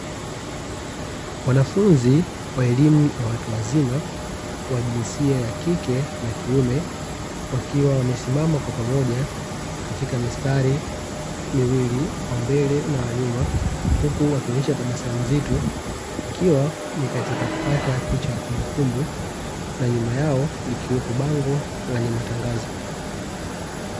Wanafunzi wa elimu ya watu wazima, wa jinsia ya kike na kiume wakiwa wamesimama kwa pamoja, katika mistari miwili wa mbele na wa nyuma, huku wakionyesha tabasamu zito, ikiwa ni katika kupata picha ya kumbukumbu. Na nyuma yao likiwepo bango lenye matangazo.